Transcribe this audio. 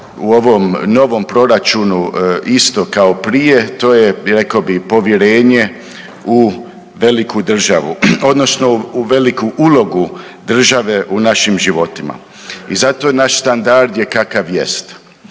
u ovom novom proračunu isto kao prije to je rekao bi povjerenje u veliku državu odnosno u veliku ulogu države u našim životima i zašto naš standard je kakav jest.